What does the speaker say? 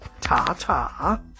Ta-ta